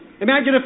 Imagine